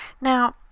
now